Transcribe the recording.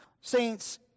Saints